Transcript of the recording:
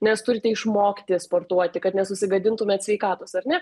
nes turite išmokti sportuoti kad nesusigadintumėt sveikatos ar ne